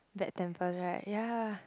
bad temper right ya